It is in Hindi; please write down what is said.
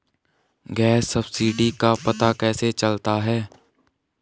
गैस सब्सिडी का पता कैसे चलता है?